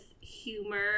humor